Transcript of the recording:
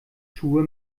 schuhe